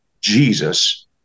Jesus